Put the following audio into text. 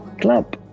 club